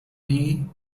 may